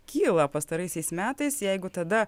kyla pastaraisiais metais jeigu tada